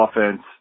offense